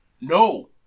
no